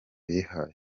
yihaye